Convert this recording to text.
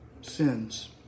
sins